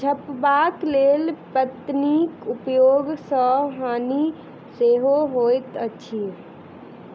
झपबाक लेल पन्नीक उपयोग सॅ हानि सेहो होइत अछि